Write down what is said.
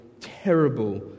terrible